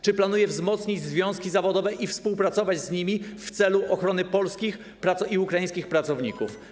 Czy planuje wzmocnić związki zawodowe i współpracować z nimi w celu ochrony polskich i ukraińskich pracowników?